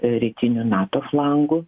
rytiniu nato flangu